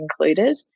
included